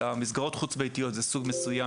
אלא מסגרות חוץ-ביתיות זה סוג מסוים,